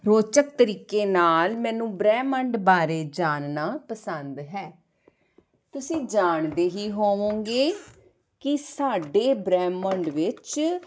ਰੌਚਕ ਤਰੀਕੇ ਨਾਲ ਮੈਨੂੰ ਬ੍ਰਹਮੰਡ ਬਾਰੇ ਜਾਣਨਾ ਪਸੰਦ ਹੈ ਤੁਸੀਂ ਜਾਣਦੇ ਹੀ ਹੋਵੋਗੇ ਕਿ ਸਾਡੇ ਬ੍ਰਾਹਮੰਡ ਵਿੱਚ